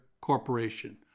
corporation